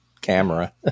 camera